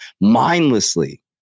mindlessly